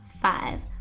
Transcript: five